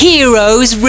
Heroes